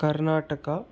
Karnataka